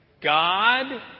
God